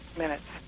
minutes